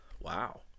wow